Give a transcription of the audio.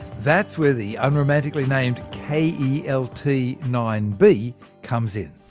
that's where the unromantically-named k e l t nine b comes in.